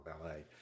ballet